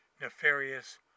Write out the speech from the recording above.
nefarious